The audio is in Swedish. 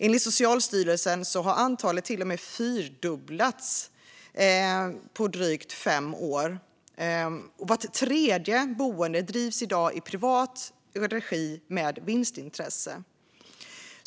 Enligt Socialstyrelsen har antalet till och med fyrdubblats på drygt fem år. Vart tredje boende drivs i dag i privat regi med vinstintresse.